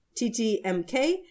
TTMK